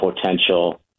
potential